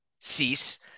cease